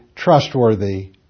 trustworthy